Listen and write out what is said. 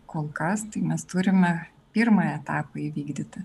kol kas tai mes turime pirmąjį etapą įvykdyti